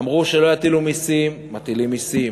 אמרו שלא יטילו מסים, מטילים מסים.